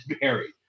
buried